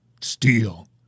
steel